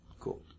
cool